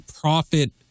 profit